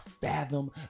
fathom